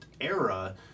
era